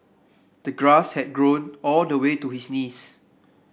the grass had grown all the way to his knees